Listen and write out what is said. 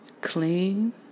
clean